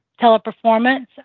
teleperformance